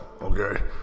okay